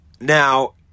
Now